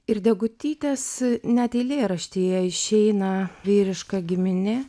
ir degutytės net eilėraštyje išeina vyriška giminė